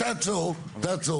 תרשום לעצמך.